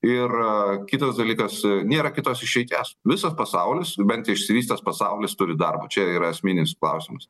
ir kitas dalykas nėra kitos išeities visas pasaulis bent išsivystęs pasaulis turi darbą čia yra esminis klausimas